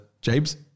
James